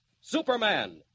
Superman